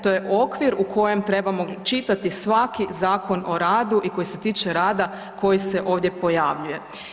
To je okvir u kojemu trebamo čitati svaki zakon o radu i koji se tiče rada, koji se ovdje pojavljuje.